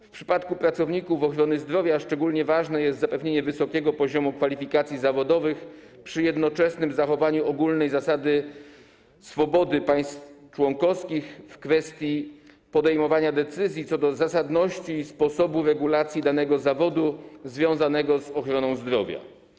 W przypadku pracowników ochrony zdrowia szczególnie ważne jest zapewnienie wysokiego poziomu kwalifikacji zawodowych przy jednoczesnym zachowaniu ogólnej zasady swobody państw członkowskich w kwestii podejmowania decyzji co do zasadności i sposobu regulacji danego zawodu związanego z ochroną zdrowia.